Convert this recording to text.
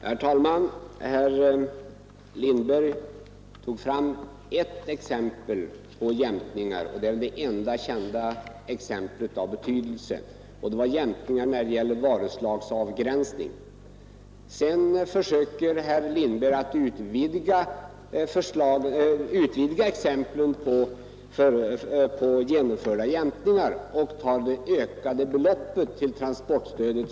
Herr talman! Herr Lindberg gav det enda kända exemplet av betydelse när det gäller jämkningar, nämligen beträffande varuslagsavgränsning. Sedan försökte herr Lindberg utvidga detta och tog därvid som exempel det ökade beloppet till transportstöd.